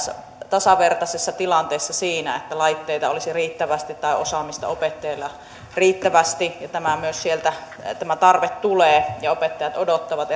tasavertaisessa tilanteessa siinä että laitteita tai osaamista opettajilla olisi riittävästi sieltä tämä tarve myös tulee ja opettajat odottavat